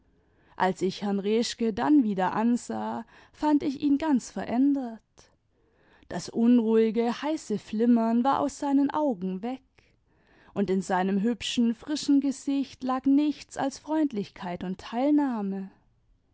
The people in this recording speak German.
als ich herrn reschke dann wieder ansah fand ich ihn ganz verändert das unruhige heiße flinunem war aus seinen augen weg und in seinem hübschen frischen gesicht lag nichts als freundlichkeit und teilnahme